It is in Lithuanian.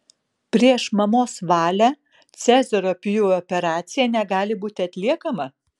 prieš mamos valią cezario pjūvio operacija negali būti atliekama